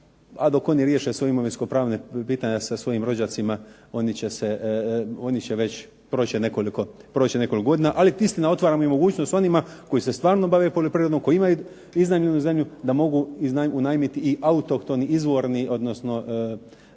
dok oni riješe svoja imovinsko-pravna pitanja sa svojim rođacima oni će već, proći će nekoliko godina. Ali istina otvaramo i mogućnost onima koji se stvarno bave poljoprivredom, koji imaju iznajmljenu zemlju da mogu unajmiti i autohtoni, izvorni odnosno